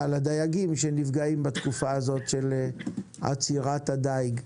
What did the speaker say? לדייגים שנפגעים בתקופה הזאת של עצירת הדיג.